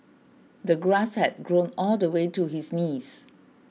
the grass had grown all the way to his knees